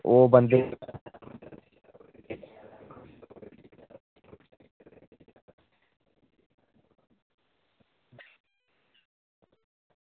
ओह्